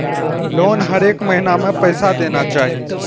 Loan हरेक महीना में पैसा देना चाहि?